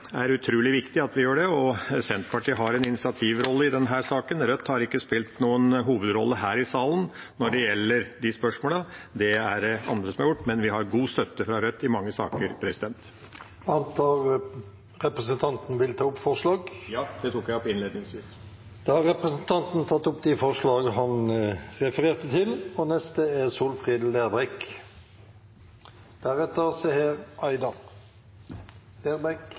er utrolig viktig at vi gjør det, og Senterpartiet har en initiativrolle i denne saken. Rødt har ikke spilt noen hovedrolle her i salen når det gjelder de spørsmålene. Det er det andre som har gjort, men vi har god støtte fra Rødt i mange saker. Da har representanten Per Olaf Lundteigen tatt opp de forslagene han refererte til. Denne saka har vore ei fin anledning til å få fremma mange av forslaga som viser korleis me vil koma til